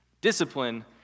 Discipline